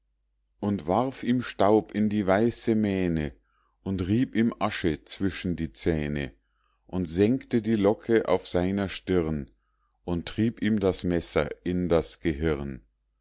und warf ihm staub in die weiße mähne und rieb ihm asche zwischen die zähne und sengte die locke auf seiner stirn und trieb ihm das messer in das gehirn